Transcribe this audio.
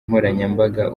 nkoranyambaga